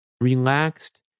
relaxed